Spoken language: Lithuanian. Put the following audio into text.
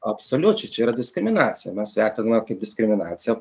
absoliučiai čia yra diskriminacija mes vertinam kaip diskriminaciją